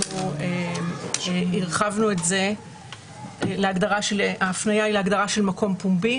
אנחנו הרחבנו את זה להגדרה ההפנייה היא להגדרה של "מקום פומבי".